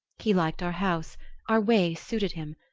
he liked our house our ways suited him.